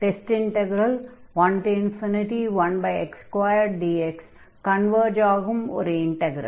test integral 1 1x2dx converge ஆகும் ஒரு integral